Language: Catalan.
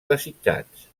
desitjats